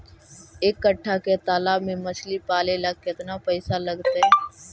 एक कट्ठा के तालाब में मछली पाले ल केतना पैसा लगतै?